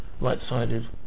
right-sided